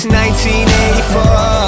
1984